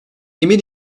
emir